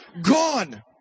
Gone